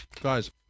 Guys